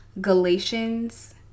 Galatians